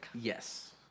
Yes